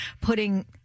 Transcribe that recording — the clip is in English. putting